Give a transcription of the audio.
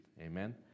Amen